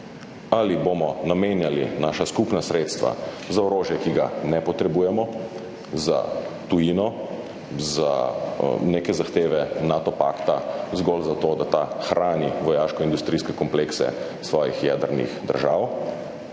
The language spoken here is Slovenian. Ali bomo namenjali naša skupna sredstva za orožje, ki ga ne potrebujemo, za tujino, za neke zahteve Nato pakta zgolj zato, da ta hrani vojaškoindustrijske komplekse svojih jedrnih držav,